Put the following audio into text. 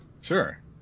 Sure